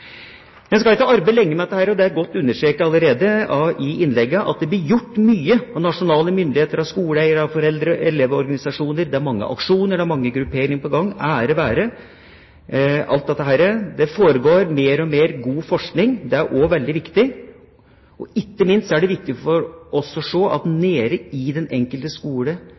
skal ikke ha arbeidet lenge med dette – det er godt understreket allerede i innleggene – for å se at det blir gjort mye fra nasjonale myndigheter, av skole/skoleeier, av foreldre- og elevorganisasjoner. Det er mange aksjoner, og det er mange grupperinger på gang. Ære være dem for alt dette! Det foregår mer og mer god forskning. Det er også veldig viktig. Ikke minst er det viktig for oss å se at det i den enkelte skole